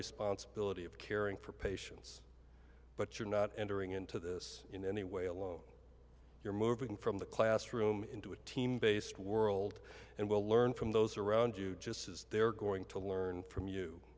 responsibility of caring for patients but you're not entering into this in any way alone you're moving from the classroom into a team based world and will learn from those around you just as they're going to learn from you